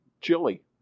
chili